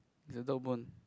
it's a dog bone